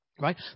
Right